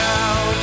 out